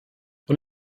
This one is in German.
und